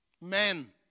Men